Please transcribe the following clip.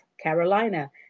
Carolina